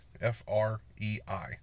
F-R-E-I